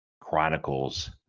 Chronicles